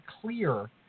clear